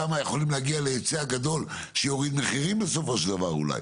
שם יכולים להגיע להיצע גדול שיוריד מחירים בסופו של דבר אולי.